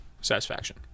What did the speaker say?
Satisfaction